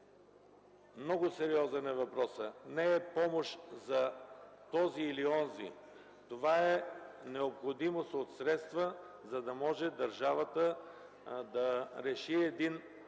много сериозен. Не е помощ за този или онзи. Това е необходимост от средства, за да може държавата да реши въпрос,